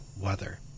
weather